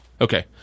Okay